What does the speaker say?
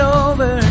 over